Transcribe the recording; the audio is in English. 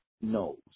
knows